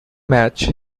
match